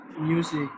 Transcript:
music